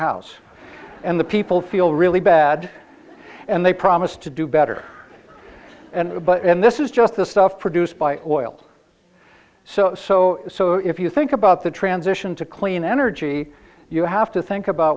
house and the people feel really bad and they promise to do better and this is just the stuff produced by oil so so so if you think about the transition to clean energy you have to think about